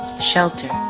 shelter,